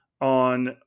on